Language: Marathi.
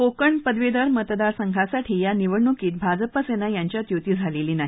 कोकण पदवीधर मतदार संघांसाठी या निवडणुकीत भाजप सेना यांच्यात युती झालेली नाही